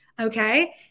okay